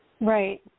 Right